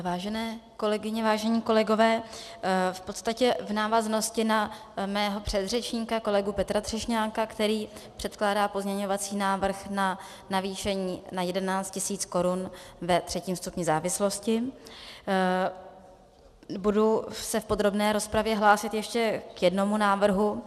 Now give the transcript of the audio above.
Vážené kolegyně, vážení kolegové, v podstatě v návaznosti na mého předřečníka kolegu Petra Třešňáka, který předkládá pozměňovací návrh na navýšení na 11 000 korun ve třetím stupni závislosti, budu se v podrobné rozpravě hlásit ještě k jednomu návrhu.